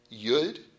Yud